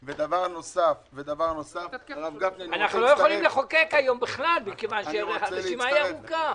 אנחנו לא יכולים לחוקק היום בכלל מכיוון שהרשימה ארוכה.